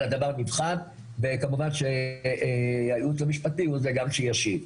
אבל הדבר נבחן וכמובן שהייעוץ המשפטי הוא זה שישיב.